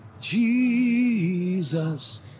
Jesus